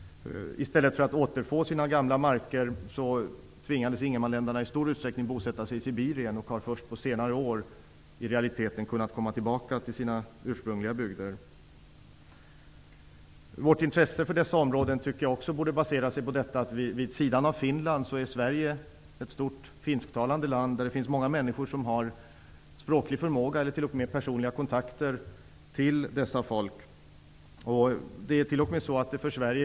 Ingermanlänningarna tvingades i stor utsträckning att bosätta sig i Sibirien i stället för att återfå sina gamla marker. I realiteten är det först på senare år som de har kunnat komma tillbaka till sina ursprungliga bygder. Vårt intresse för dessa områden borde baseras på att Sverige, vid sidan av Finland, är ett land med ett stort antal finsktalande personer. Det finns många människor som har språklig förmåga att ta kontakt med dessa folk. En del har t.o.m. personliga kontaker med dem.